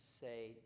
say